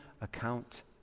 account